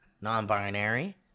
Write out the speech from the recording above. non-binary